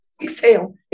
Exhale